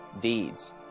deeds